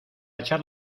echar